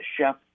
Chef